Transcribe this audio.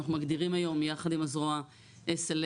אנחנו מגדירים היום יחד עם הזרוע SLA,